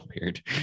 weird